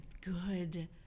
good